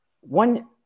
One